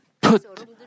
put